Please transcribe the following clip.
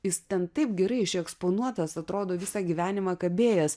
jis ten taip gerai išeksponuotas atrodo visą gyvenimą kabėjęs